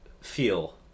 feel